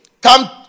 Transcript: Come